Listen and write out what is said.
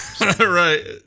Right